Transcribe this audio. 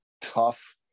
tough